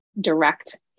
direct